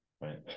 right